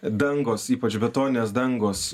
dangos ypač betoninės dangos